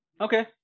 okay